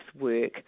work